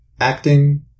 acting